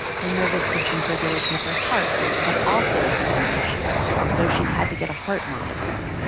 her nervous system's regulation of her heart had also become an issue, so she'd had to get a heart monitor.